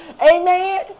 Amen